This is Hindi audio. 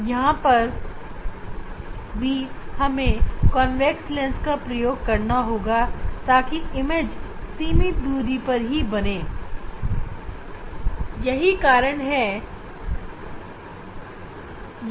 इसी वजह से हम इस कॉन्वेक्स लेंस को इस तरह से रखेंगे की जब समानांतर किरण इस पर पड़े तो स्क्रीन पर लेंस के फोकल प्वाइंट होने की वजह से छवि हमें स्क्रीन पर मिले